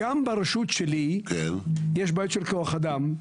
גם ברשות שלי יש בעיות של כוח אדם.